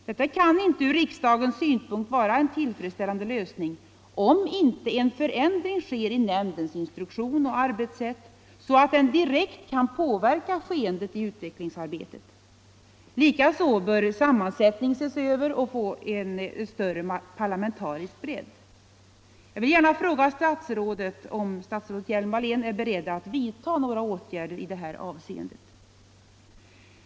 Detta kan inte ur riksdagens synpunkt vara en till Om skolutbildningfredsställande lösning om inte en förändring sker i nämndens instruktion = ens framtida och arbetssätt så att den direkt kan påverka skeendet i utvecklingsarbetet. inriktning Likaså bör sammansättningen ses över och få en större parlamentarisk bredd. Jag vill gärna fråga om statsrådet Hjelm-Wallén är beredd att vidta några åtgärder i detta avseende.